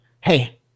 hey